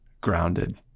grounded